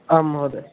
आम् महोदय